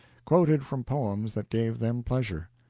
quoted from poems that gave them pleasure.